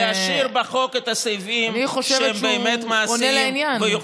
אני חושבת שהוא עונה לעניין.